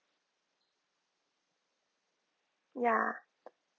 ya